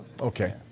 okay